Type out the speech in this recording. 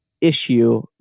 issue